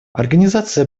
организация